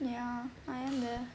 ya I am there